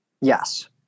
yes